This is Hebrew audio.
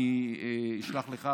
אני אשלח לך,